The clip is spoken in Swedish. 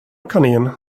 kanin